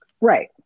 Right